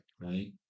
right